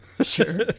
Sure